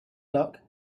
luck